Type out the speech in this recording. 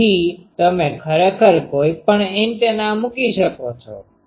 તેથી તમે ખરેખર કોઈપણ એન્ટેના મૂકી શકો છો